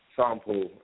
sample